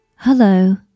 Hello